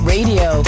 Radio